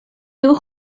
nhw